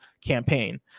campaign